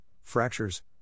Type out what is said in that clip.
fractures